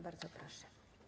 Bardzo proszę.